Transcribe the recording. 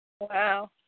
Wow